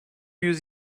yüz